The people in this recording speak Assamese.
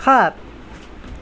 সাত